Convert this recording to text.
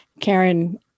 Karen